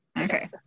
Okay